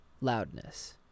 loudness